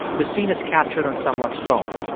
the scene is captured on someone's phone.